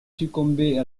succomber